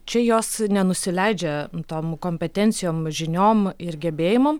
čia jos nenusileidžia tom kompetencijom žiniom ir gebėjimam